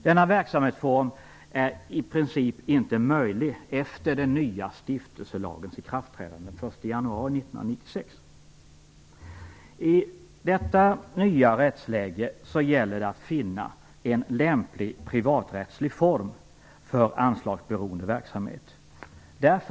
Denna verksamhetsform är i princip inte möjlig efter den nya stiftelselagens ikraftträdande den 1 januari I detta nya rättsläge gäller det att finna en lämplig privaträttslig form för anslagsberoende verksamhet.